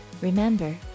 Remember